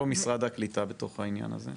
איפה משרד הקליטה בתוך העניין הזה?